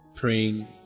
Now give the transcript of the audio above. praying